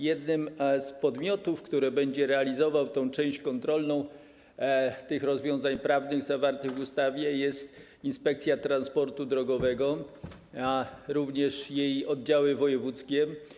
Jednym z podmiotów, który będzie realizował część kontrolną rozwiązań prawnych zawartych w ustawie jest Inspekcja Transportu Drogowego, a również jej oddziały wojewódzkie.